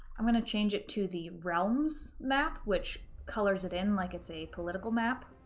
i'm gonna change it to the realms map, which colors it in like it's a political map,